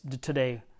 today